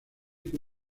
que